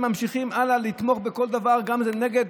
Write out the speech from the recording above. ממשיכים הלאה לתמוך בכל דבר גם אם זה נגד